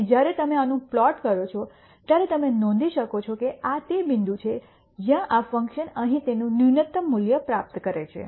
અને જ્યારે તમે આનું પ્લોટ કરો છો ત્યારે તમે નોંધી શકો છો કે આ તે બિંદુ છે જ્યાં આ ફંકશન અહીં તેનું ન્યુનત્તમ મૂલ્ય પ્રાપ્ત કરે છે